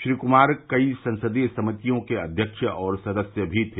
श्री कुमार कई संसदीय समितियों के अध्यक्ष और सदस्य भी रहे